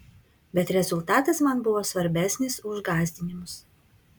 bet rezultatas man buvo svarbesnis už gąsdinimus